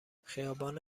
خیابان